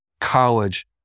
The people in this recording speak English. college